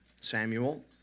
Samuel